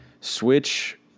Switch